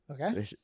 Okay